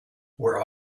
where